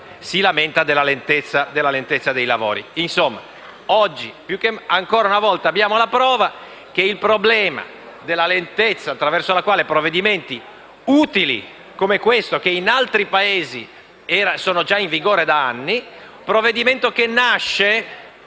si lamenta della lentezza dei lavori.